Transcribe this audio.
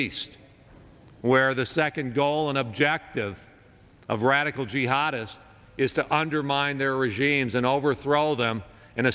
east where the second goal and objective of radical jihad is is to undermine their regimes and overthrow them and